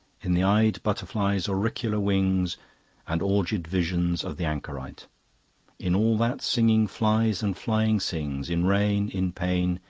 in the eyed butterfly's auricular wings and orgied visions of the anchorite in all that singing flies and flying sings, in rain, in pain,